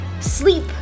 sleep